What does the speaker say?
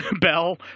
Bell